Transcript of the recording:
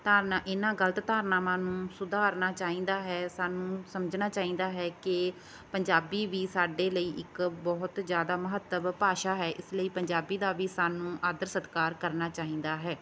ਧਾਰਨਾ ਇਹਨਾਂ ਗਲਤ ਧਾਰਨਾਵਾਂ ਨੂੰ ਸੁਧਾਰਨਾ ਚਾਹੀਦਾ ਹੈ ਸਾਨੂੰ ਸਮਝਣਾ ਚਾਹੀਦਾ ਹੈ ਕਿ ਪੰਜਾਬੀ ਵੀ ਸਾਡੇ ਲਈ ਇੱਕ ਬਹੁਤ ਜ਼ਿਆਦਾ ਮਹੱਤਵ ਭਾਸ਼ਾ ਹੈ ਇਸ ਲਈ ਪੰਜਾਬੀ ਦਾ ਵੀ ਸਾਨੂੰ ਆਦਰ ਸਤਿਕਾਰ ਕਰਨਾ ਚਾਹੀਦਾ ਹੈ